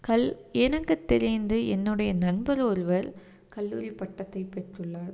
கல் எனக்கு தெரிந்து என்னுடைய நண்பர் ஒருவர் கல்லூரி பட்டத்தை பெற்றுள்ளார்